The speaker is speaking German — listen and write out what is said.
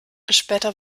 später